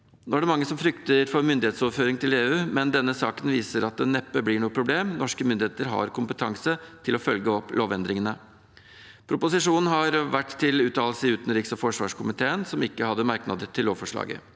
Nå er det mange som frykter for myndighetsoverføring til EU, men denne saken viser at det neppe blir noe problem. Norske myndigheter har kompetanse til å følge opp lovendringene. Proposisjonen har vært til uttalelse i utenriks- og forsvarskomiteen, som ikke hadde merknader til lovforslaget.